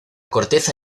corteza